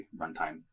runtime